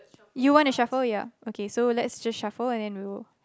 you wanna shuffle ya okay so let's just shuffle an then we will